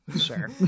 Sure